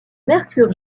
mercure